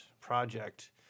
project